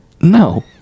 no